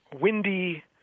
windy